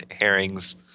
herrings